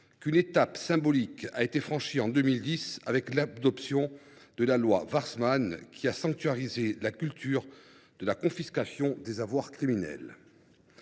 qu’une étape symbolique a été franchie en 2010 avec l’adoption de la loi Warsmann, qui a sanctuarisé la culture de la confiscation des avoirs criminels.